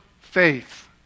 faith